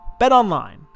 BetOnline